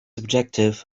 objective